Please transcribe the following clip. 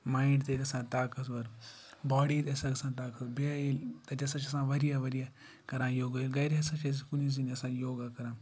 mind تہِ گَژھان طاقت وَر باڈی تہِ ہَسا گَژھان طاقت بیٚیہِ ییٚلہِ تَتہِ ہَسا چھِ آسان وارِیاہ وارِیاہ کَران یوگا ییٚلہِ گَرِ ہَسا چھِ اَسہِ کُنہِ زٔنۍ آسان یوگا کَران